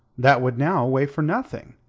that would now weigh for nothing.